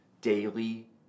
daily